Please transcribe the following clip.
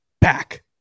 back